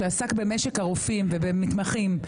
שעסק במשק הרופאים ובמתמחים,